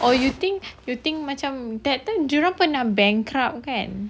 or you think you think macam that time jurong nak bankrupt kan